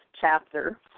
chapter